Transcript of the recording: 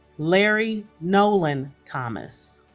larry nolan thomas